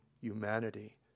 humanity